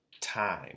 time